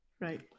right